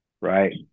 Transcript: right